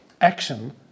action